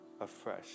afresh